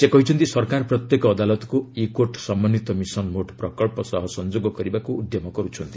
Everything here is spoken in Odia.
ସେ କହିଛନ୍ତି ସରକାର ପ୍ରତ୍ୟେକ ଅଦାଲତକୁ 'ଇ କୋର୍ଟ ସମନ୍ୱିତ ମିଶନ ମୋଡ୍ ପ୍ରକଳ୍ପ' ସହ ସଂଯୋଗ କରିବାକୁ ଉଦ୍ୟମ କରୁଛନ୍ତି